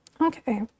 Okay